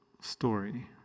story